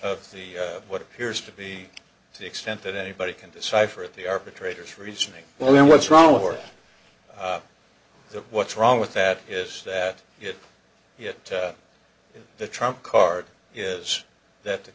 of the what appears to be to the extent that anybody can decipher it the arbitrator's reasoning what's wrong with that what's wrong with that is that it yet the trump card is that